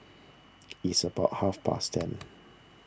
its about half past ten